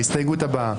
ההסתייגות נפלה.